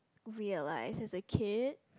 weird like it is a kid